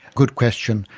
good question.